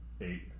Eight